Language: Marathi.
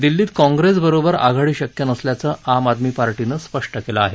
दिल्लीत काँग्रेसबरोबर आघाडी शक्य नसल्याचं आम आदमी पार्टीनं स्पष्ट केलं आहे